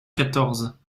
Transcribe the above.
quatorze